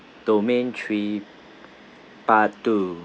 domain three part two